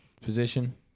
Position